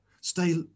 stay